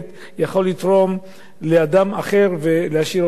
יכול לתרום לאדם אחר ולהשאיר אותו בחיים.